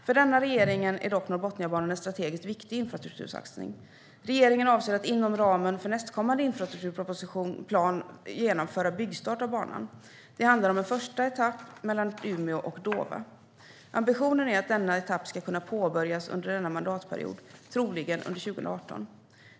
För denna regering är dock Norrbotniabanan en strategiskt viktig infrastruktursatsning. Regeringen avser att inom ramen för nästkommande infrastrukturplan genomföra byggstart av banan. Det handlar om en första etapp mellan Umeå och Dåva. Ambitionen är att den etappen ska kunna påbörjas under denna mandatperiod, troligen under 2018.